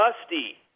dusty